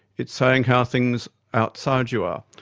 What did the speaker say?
it's saying how things outside you are.